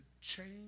change